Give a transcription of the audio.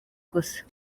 gusa